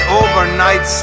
overnight